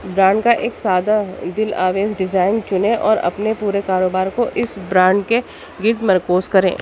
brand کا ایک سادہ دل آویز ڈیزائن چنیں اور اپنے پورے کاروبار کو اس برانڈ کے گرد مرکوز کریں